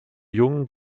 jung